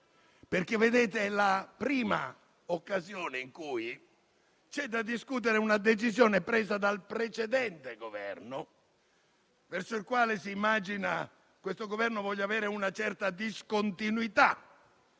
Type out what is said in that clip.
perché questa è la prima occasione in cui c'è da discutere una decisione presa dal precedente Esecutivo, verso il quale - si immagina - questo Governo voglia mostrare una certa discontinuità